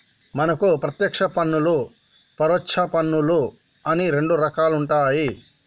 మనకు పత్యేక్ష పన్నులు పరొచ్చ పన్నులు అని రెండు రకాలుంటాయి